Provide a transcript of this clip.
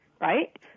right